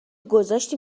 گذاشتی